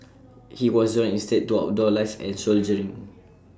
he was drawn instead to outdoor life and soldiering